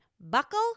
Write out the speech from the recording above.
Buckle